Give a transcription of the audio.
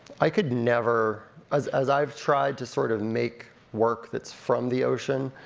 i could never, as as i've tried to sort of make work that's from the ocean,